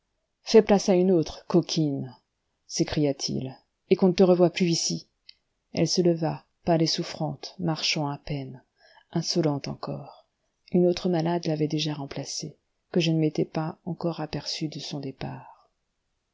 fais place à une autre coquine s'écria-t-il et qu'on ne te revoie plus ici elle se leva pâle et souffrante marchant à peine insolente encore une autre malade l'avait déjà remplacée que je ne m'étais pas encore aperçu de son départ